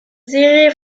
serie